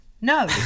No